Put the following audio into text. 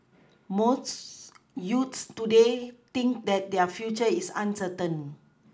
most youths today think that their future is uncertain